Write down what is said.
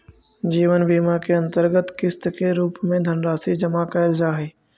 जीवन बीमा के अंतर्गत किस्त के रूप में धनराशि जमा कैल जा हई